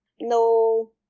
no